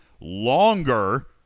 longer